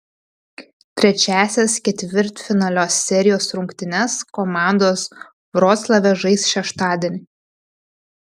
trečiąsias ketvirtfinalio serijos rungtynes komandos vroclave žais šeštadienį